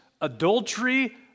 adultery